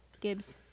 Gibbs